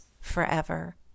forever